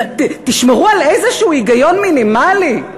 תשמרו על איזשהו היגיון מינימלי.